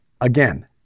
Again